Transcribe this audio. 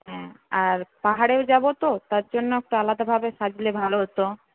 হ্যাঁ আর পাহাড়েও যাব তো তার জন্য একটু আলাদাভাবে সাজলে ভালো হত